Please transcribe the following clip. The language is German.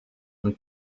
und